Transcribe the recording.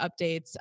updates